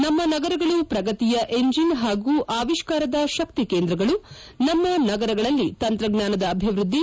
ನಮ್ಮ ನಗರಗಳು ಪ್ರಗತಿಯ ಇಂಜಿನ್ ಹಾಗೂ ಅವಿಷ್ಕಾರದ ಶಕ್ತಿ ಕೇಂದ್ರಗಳು ನಮ್ಮ ನಗರಗಳಲ್ಲಿ ತಂತ್ರಜ್ಞಾನದ ಅಭಿವ್ಯದ್ದಿ